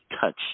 touch